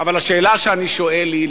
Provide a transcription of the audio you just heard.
אבל השאלה שאני שואל היא,